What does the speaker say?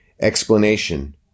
explanation